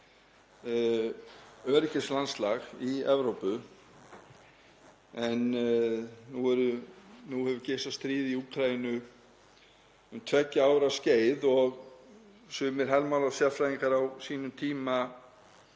öryggislandslag í Evrópu. Nú hefur geisað stríð í Úkraínu um tveggja ára skeið og sumir hermálasérfræðingar vildu á sínum tíma